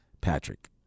Patrick